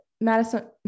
Madison